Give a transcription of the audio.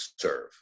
serve